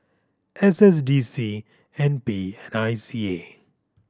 S S D C N P and I C A